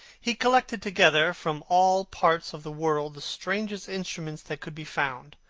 he collected together from all parts of the world the strangest instruments that could be found,